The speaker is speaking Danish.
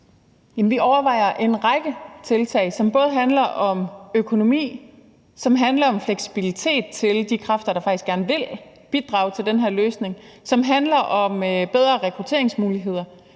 Vi overvejer en række tiltag, som handler om økonomi, som handler om fleksibilitet for de kræfter, som faktisk gerne vil bidrage til den her løsning, og som handler om bedre rekrutteringsmuligheder.